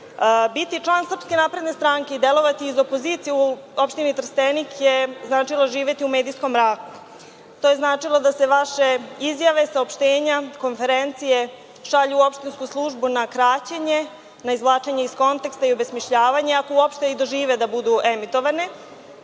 član SNS i delovati iz opozicije u opštini Trstenik značilo je živeti u medijskom ratu. To je značilo da se vaše izjave, saopštenja, konferencije šalju u opštinsku službu na kraćenje, na izvlačenje iz konteksta i obesmišljavanje ako uopšte i dožive da budu emitovane.